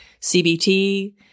CBT